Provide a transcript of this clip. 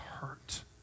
hurt